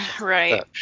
right